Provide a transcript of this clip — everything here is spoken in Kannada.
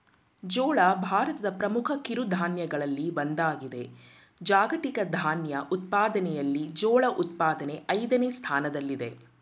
ಜೋಳ ಭಾರತದ ಪ್ರಮುಖ ಕಿರುಧಾನ್ಯಗಳಲ್ಲಿ ಒಂದಾಗಿದೆ ಜಾಗತಿಕ ಧಾನ್ಯ ಉತ್ಪಾದನೆಯಲ್ಲಿ ಜೋಳ ಉತ್ಪಾದನೆ ಐದನೇ ಸ್ಥಾನದಲ್ಲಿದೆ